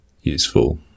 useful